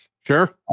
Sure